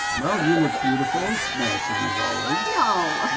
well, you look beautiful, smashing as always. no,